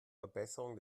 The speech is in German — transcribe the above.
verbesserung